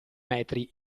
metri